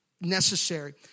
necessary